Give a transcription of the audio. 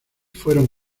fueron